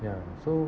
ya so